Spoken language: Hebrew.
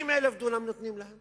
כן, אני גאה לומר את